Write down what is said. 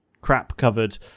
crap-covered